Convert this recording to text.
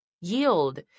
Yield